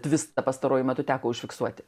tvistą pastaruoju metu teko užfiksuoti